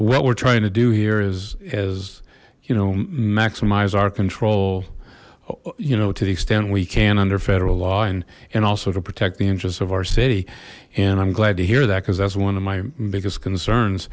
what we're trying to do here is as you know maximize our control you know to the extent we can under federal law and and also to protect the interests of our city and i'm glad to hear that because that's one of my biggest